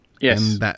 Yes